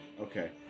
Okay